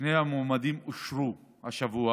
שני המועמדים אושרו השבוע